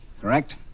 correct